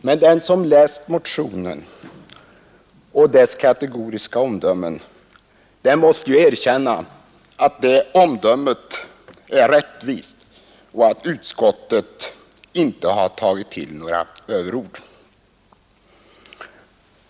Men den som läst motionen och dess kategoriska omdömen måste erkänna att det omdömet är rättvist och att utskottet inte har tagit till några överord.